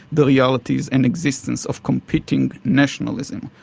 the realities and existence of competing nationalism,